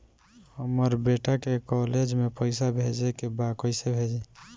हमर बेटा के कॉलेज में पैसा भेजे के बा कइसे भेजी?